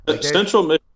central